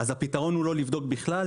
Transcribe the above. הפתרון הוא לא לבדוק בכלל?